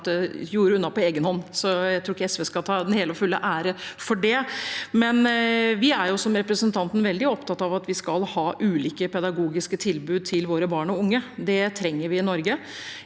tatt gjorde unna på egen hånd, så jeg tror ikke SV skal ta den hele og fulle æren for det. Men vi er, som representanten, veldig opptatt av at vi skal ha ulike pedagogiske tilbud til våre barn og unge. Det trenger vi i Norge.